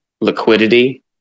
liquidity